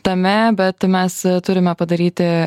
tame bet mes turime padaryti